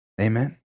Amen